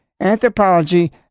anthropology